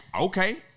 okay